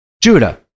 Judah